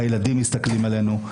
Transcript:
הילדים מסתכלים עלינו,